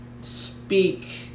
speak